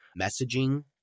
messaging